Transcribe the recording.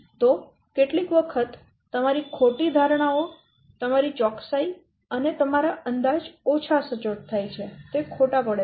તો કેટલીક વખત તમારી ખોટી ધારણાઓ તમારી ચોકસાઈ અને તમારા અંદાજ ઓછા સચોટ થાય છે તે ખોટા પડે છે